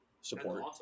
support